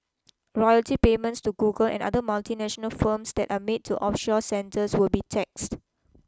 royalty payments to Google and other multinational firms that are made to offshore centres will be taxed